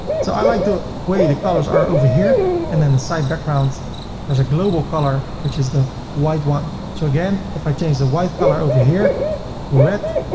so i like the way the colors are over here and then the side backgrounds as a global color which is the white one. so again if i change the white color over here to red,